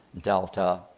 delta